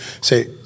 say